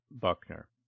Buckner